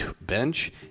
bench